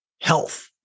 health